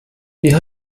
wie